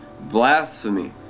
blasphemy